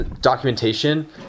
documentation